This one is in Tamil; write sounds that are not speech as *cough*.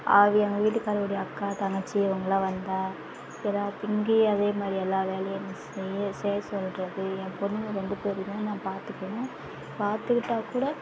அது எங்கள் வீட்டுக்கார் உடைய அக்கா தங்கச்சி இவங்களாம் வந்தால் எல்லா *unintelligible* அதேமாதிரி எல்லா வேலையும் என்னை செய்ய செய்ய சொல்லுறது என் பொண்ணுங்க ரெண்டு பேர் இதுவும் நான் பார்த்துக்குணும் பார்த்துக்கிட்டா கூட